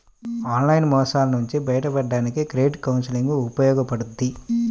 online మోసాల నుంచి బయటపడడానికి క్రెడిట్ కౌన్సిలింగ్ ఉపయోగపడుద్ది